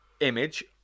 image